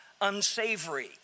unsavory